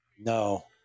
No